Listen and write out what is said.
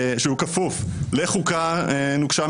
שכפוף לחוקה נוקשה,